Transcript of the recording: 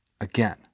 again